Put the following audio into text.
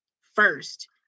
first